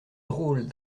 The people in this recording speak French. drôle